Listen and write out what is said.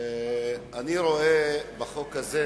אני רואה בחוק הזה